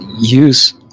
use